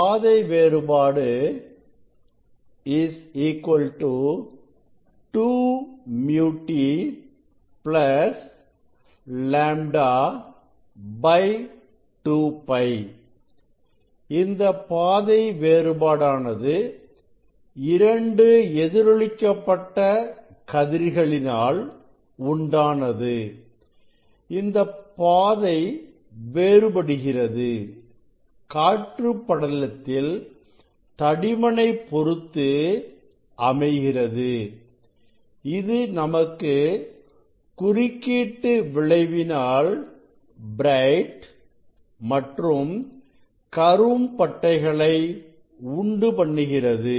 பாதை வேறுபாடு 2 µ t λ 2 π இந்த பாதை வேறுபாடானது இரண்டு எதிரொலிக்க பட்ட கதிர்களினால் உண்டானது இந்த பாதை வேறுபடுகிறது காற்று படலத்தில் தடிமனை பொருத்து அமைகிறது இது நமக்கு குறுக்கீட்டு விளைவினால் பிரைட் மற்றும் கரும்பட்டைகளை உண்டுபண்ணுகிறது